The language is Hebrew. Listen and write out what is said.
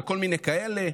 וכל מיני כאלה.